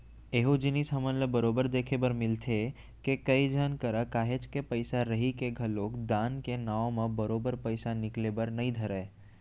एहूँ जिनिस हमन ल बरोबर देखे बर मिलथे के, कई झन करा काहेच के पइसा रहिके घलोक दान के नांव म बरोबर पइसा निकले बर नइ धरय